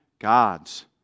God's